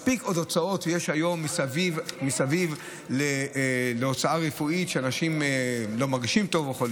כשזה אפיק הכנסה לבית חולים זה גם אומר כמה אנשים מוציאים מכיסם.